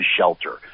shelter